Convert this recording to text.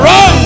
Run